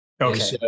Okay